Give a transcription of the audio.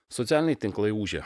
socialiniai tinklai ūžia